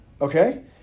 okay